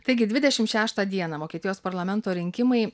taigi dvidešimt šeštą dieną vokietijos parlamento rinkimai